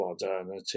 modernity